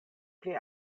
pli